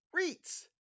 REITs